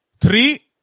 Three